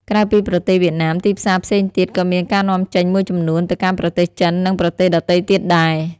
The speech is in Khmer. ក្រៅពីប្រទេសវៀតណាម ទីផ្សារផ្សេងទៀតក៏មានការនាំចេញមួយចំនួនទៅកាន់ប្រទេសចិន និងប្រទេសដទៃទៀតដែរ។